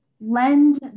lend